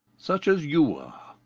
such as you are.